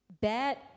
bad